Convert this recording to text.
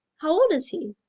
how old is he?